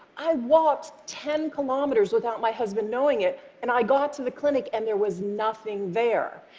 i walked ten kilometers without my husband knowing it, and i got to the clinic, and there was nothing there.